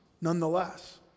nonetheless